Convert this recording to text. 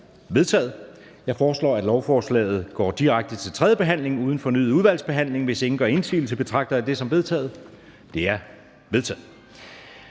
Jeg foreslår, at lovforslaget går direkte til tredje behandling uden fornyet udvalgsbehandling, og hvis ingen gør indsigelse, betragter jeg det som vedtaget. Det er vedtaget.